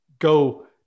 go